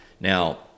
Now